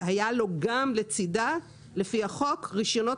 היה לו גם לצדו לפי החוק רישיונות